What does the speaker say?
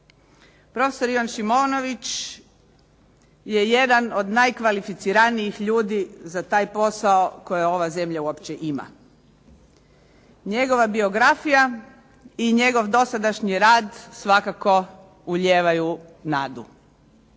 Profesor Ivan Šimonović je jedan od najkvalificiranijih ljudi za taj posao koji ova zemlja uopće ima. Njegova biografija i njegov dosadašnji rad svakako ulijevaju nadu.